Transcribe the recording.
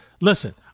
listen